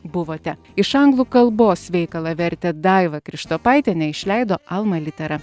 buvote iš anglų kalbos veikalą vertė daiva krištopaitienė išleido alma litera